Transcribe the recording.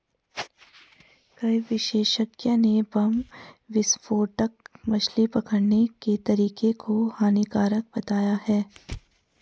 कई विशेषज्ञ ने बम विस्फोटक मछली पकड़ने के तरीके को हानिकारक बताया है